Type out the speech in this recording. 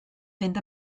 fynd